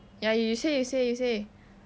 ya you say you say you say